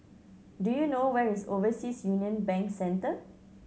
do you know where is Overseas Union Bank Centre